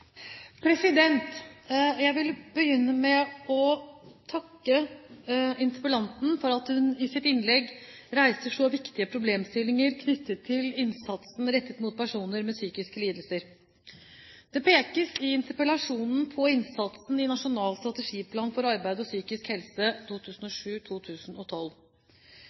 viktige problemstillinger knyttet til innsatsen rettet mot personer med psykiske lidelser. Det pekes i interpellasjonen på innsatsen i Nasjonal strategiplan for arbeid og psykisk helse